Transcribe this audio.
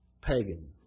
pagan